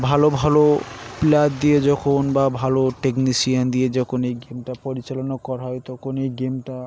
ভালো ভালো প্লেয়ার দিয়ে যখন বা ভালো টেকনিশিয়ান দিয়ে যখন এই গেমটা পরিচালনা করা হয় তখন এই গেমটা